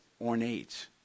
ornate